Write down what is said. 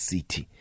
City